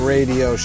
Radio